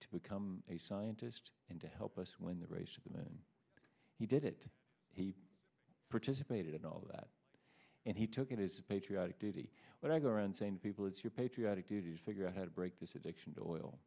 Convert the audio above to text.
to become a scientist and to help us win the race of them and he did it he participated in all that and he took it as a patriotic duty when i go around saying to people it's your patriotic duty to figure out how to break this addiction to oil